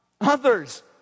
Others